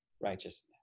righteousness